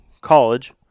college